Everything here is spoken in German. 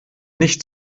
nicht